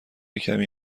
کمی